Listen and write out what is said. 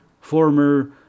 former